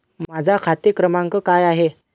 माझा खाते क्रमांक काय आहे?